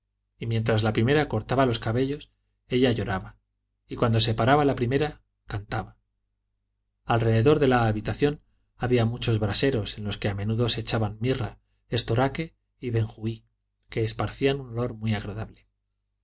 y mientras la lio pigafetta lib primera cortaba los cabellos ella lloraba y cuando se paraba la primera cantaba alrededor de la habitación había muchos braseros en los que a menudo se echaba mirra estoraque y benjuí que esparcían un olor muy agradable